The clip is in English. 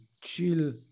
chill